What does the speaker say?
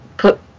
Put